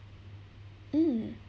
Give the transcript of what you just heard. mm